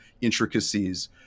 intricacies